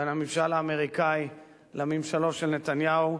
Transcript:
בין הממשל האמריקני לממשלו של נתניהו.